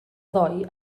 ddoe